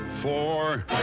Four